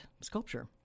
sculpture